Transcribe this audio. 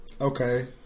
Okay